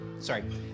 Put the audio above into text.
sorry